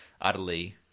utterly